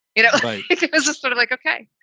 you know, because it's sort of like, ok,